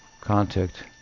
contact